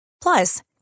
Plus